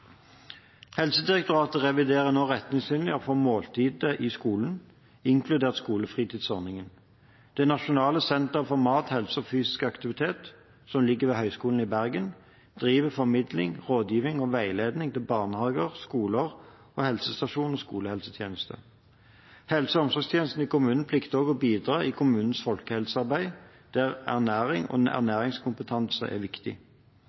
Helsedirektoratet reviderer nå retningslinjer for måltider i skolen, inkludert skolefritidsordningen. Nasjonalt senter for mat, helse og fysisk aktivitet, som ligger ved Høgskolen i Bergen, driver formidling, rådgivning og veiledning til barnehager, skoler og helsestasjons- og skolehelsetjenesten. Helse- og omsorgstjenestene i kommunen plikter å bidra i kommunens folkehelsearbeid, der ernæring og ernæringskompetanse er viktig.